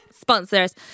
Sponsors